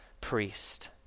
priest